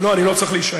אבל אני לא צריך להישאר.